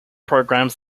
programs